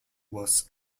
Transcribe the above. was